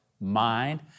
mind